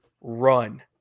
run